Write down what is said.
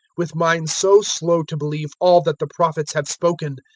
with minds so slow to believe all that the prophets have spoken!